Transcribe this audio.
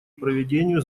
проведению